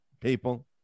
people